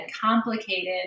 complicated